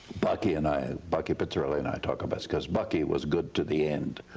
bucky and i, bucky pizzarelli and i talk about. because bucky was good to the end.